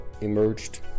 emerged